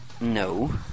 no